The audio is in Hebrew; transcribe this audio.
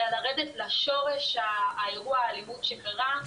אלא לרדת לשורש אירוע האלימות שקרה,